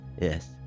yes